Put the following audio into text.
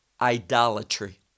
idolatry